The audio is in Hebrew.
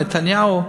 נתניהו.